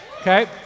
Okay